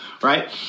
right